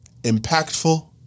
impactful